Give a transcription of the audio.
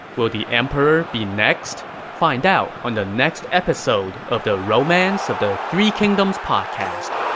will the emperor be next? find out on the next episode of the romance of the three kingdoms podcast.